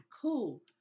cool